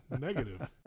Negative